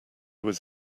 was